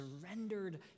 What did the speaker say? surrendered